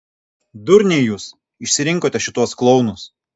durniai jūs išsirinkote šituos klounus